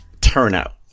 turnout